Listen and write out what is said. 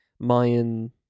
Mayan